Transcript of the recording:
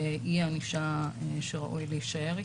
היא הענישה שראוי להישאר איתה.